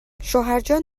شوهرجان